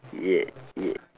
yeah yeah